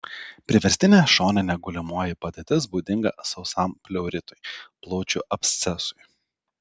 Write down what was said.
priverstinė šoninė gulimoji padėtis būdinga sausam pleuritui plaučių abscesui